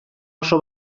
oso